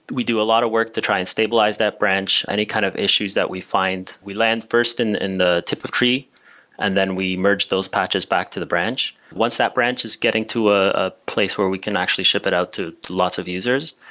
we do a lot of work to try and stabilize that branch, any kind of issues that we find, we land first in in the tip of tree and then we merge those patches back to the branch. once that branch is getting to ah a place where we can actually ship it out to lots of users,